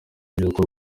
by’uko